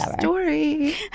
story